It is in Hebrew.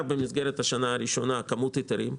במסגרת השנה הראשונה מבחינת כמות היתרים.